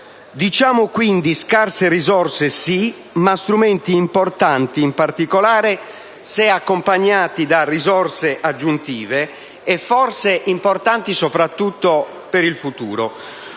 Diciamo quindi: scarse risorse sì, ma strumenti importanti, in particolare se accompagnati da risorse aggiuntive, e forse importanti soprattutto per il futuro.